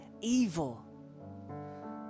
evil